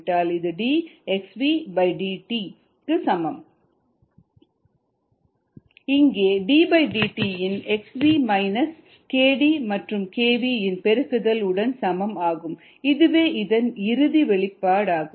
rd kdxvddt இங்கே ddt இன் xv minus kd மற்றும் xv இன் பெருக்குதல் உடன் சமம் ஆகும் இதுவே இதன் இறுதி வெளிப்பாடாகும்